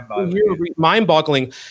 mind-boggling